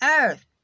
earth